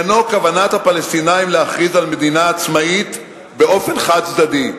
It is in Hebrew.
כוונת הפלסטינים להכריז על מדינה עצמאית באופן חד-צדדי.